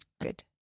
good